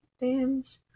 names